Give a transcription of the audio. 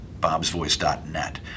Bob'sVoice.net